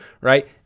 right